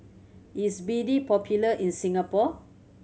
is B D popular in Singapore